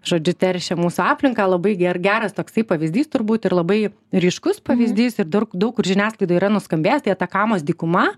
žodžiu teršia mūsų aplinką labai ger geras toksai pavyzdys turbūt ir labai ryškus pavyzdys ir dar daug kur žiniasklaidoje yra nuskambėjęs tai atakamos dykuma